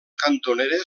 cantonera